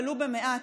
ולו במעט,